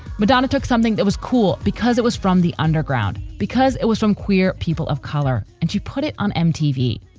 madonna took something that was cool because it was from the underground, because it was from queer people of color. and she put it on mtv